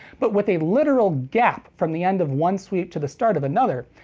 but with a literal gap from the end of one sweep to the start of another,